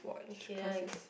okay then I